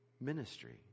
ministry